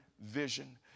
vision